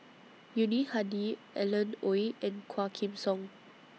Yuni Hadi Alan Oei and Quah Kim Song